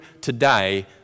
today